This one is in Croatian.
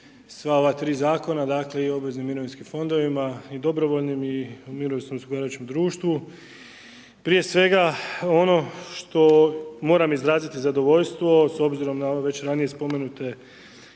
sva ova tri zakona, dakle i o obveznim mirovinskim fondovima i dobrovoljnim i u mirovinskom osiguravajućem društvu. Prije svega, ono što moram izraziti zadovoljstvo, s obzirom na ove već ranije spomenute,